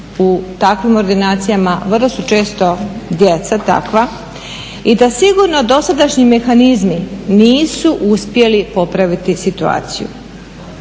su često djeca takva su često djeca takva i da sigurno dosadašnji mehanizmi nisu uspjeli popraviti situaciju.